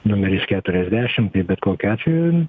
numeris keturiasdešimt tai bet kokiu atveju